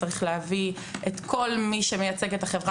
צריך להביא את כל מי שמייצג את החברה החרדית על כל גווניה.